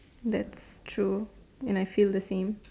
that's true and I feel the same